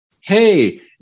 hey